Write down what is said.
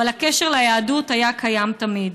אבל הקשר ליהדות היה קיים תמיד.